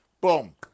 Boom